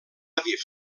aviv